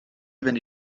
werden